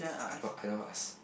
I don't want I don't want to ask